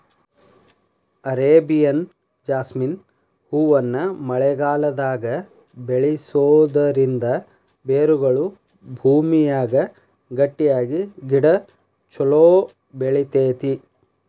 Arabian jasmine ಹೂವನ್ನ ಮಳೆಗಾಲದಾಗ ಬೆಳಿಸೋದರಿಂದ ಬೇರುಗಳು ಭೂಮಿಯಾಗ ಗಟ್ಟಿಯಾಗಿ ಗಿಡ ಚೊಲೋ ಬೆಳಿತೇತಿ